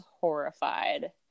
horrified